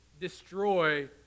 destroy